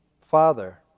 Father